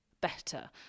better